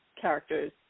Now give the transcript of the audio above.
characters